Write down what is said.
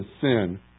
sin